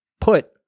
put